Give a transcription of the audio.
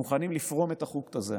מוכנים לפרום את החוט הזה היום.